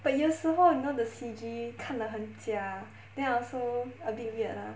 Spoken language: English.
but 有时候 you know the C_G 看了很假 then also a bit weird lah